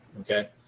Okay